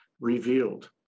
revealed